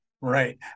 Right